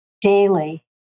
daily